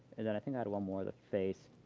and then i think i had one more of the face.